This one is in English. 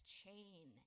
chain